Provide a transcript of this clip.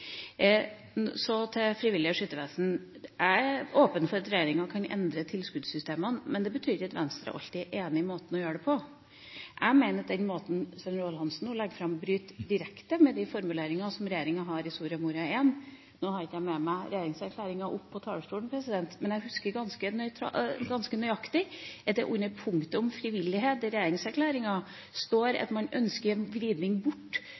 Så til Det frivillige Skyttervesen. Jeg er åpen for at regjeringa kan endre tilskuddsystemene, men det betyr ikke at Venstre alltid er enig i måten å gjøre det på. Jeg mener at den måten Svein Roald Hansen nå legger fram, bryter direkte med de formuleringene som regjeringa har i Soria Moria I. Nå har jeg ikke med meg regjeringserklæringa opp på talerstolen, men jeg husker ganske nøyaktig at det under punktet om frivillighet i regjeringserklæringa står at man ønsker en vridning bort